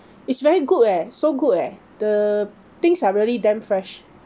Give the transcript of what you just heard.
it's very good leh so good leh the things are really damn fresh